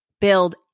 build